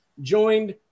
joined